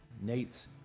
Nate's